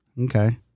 okay